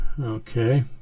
Okay